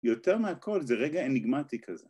יותר מהכל זה רגע אניגמטי כזה